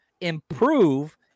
improve